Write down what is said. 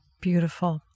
beautiful